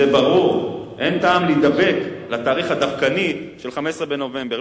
אין טעם להידבק לתאריך הדווקני של 15 בנובמבר.